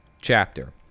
chapter